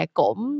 cũng